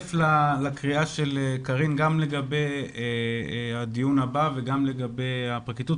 להצטרף לקריאה של קארין גם לגבי הדיון הבא וגם לגבי הפרקליטות.